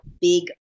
big